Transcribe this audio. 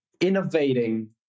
innovating